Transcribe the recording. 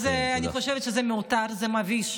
אז אני חושבת שזה מיותר, זה מביש.